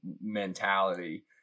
mentality